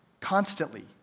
constantly